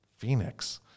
Phoenix